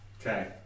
Okay